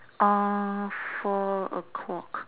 four o-clock